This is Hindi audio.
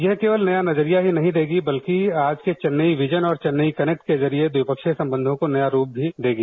यह केवल नया नजरिया ही नहीं देगी बल्कि आज के चेन्नई विजन और चेन्नई कनेक्ट के जरिए द्विपक्षीय संबंधों को नया रूप भी देगी